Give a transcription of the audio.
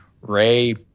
Ray